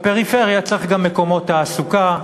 בפריפריה צריך גם מקומות תעסוקה,